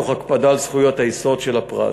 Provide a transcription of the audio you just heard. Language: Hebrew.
תוך הקפדה על זכויות היסוד של הפרט.